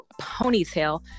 ponytail